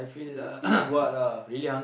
you eat what ah